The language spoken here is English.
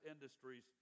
industries